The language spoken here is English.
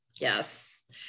yes